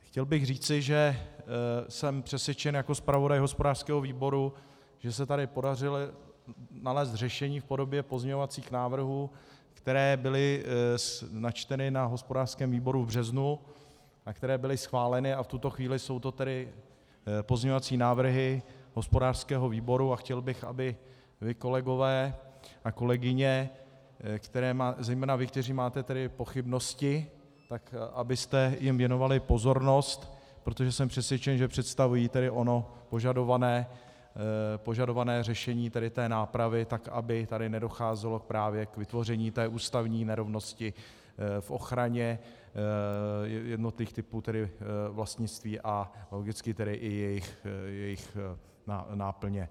Chtěl bych říci, že jsem přesvědčen jako zpravodaj hospodářského výboru, že se tady podařilo nalézt řešení v podobě pozměňovacích návrhů, které byly načteny na hospodářském výboru v březnu a které byly schváleny, a v tuto chvíli jsou to pozměňovací návrhy hospodářského výboru a chtěl bych, aby kolegové a kolegyně, zejména vy, kteří máte pochybnosti, abyste jim věnovali pozornost, protože jsem přesvědčen, že představují ono požadované řešení té nápravy tak, aby tady nedocházelo právě k vytvoření té ústavní nerovnosti v ochraně jednotlivých typů, tedy vlastnictví, a logicky tedy i jejich náplně.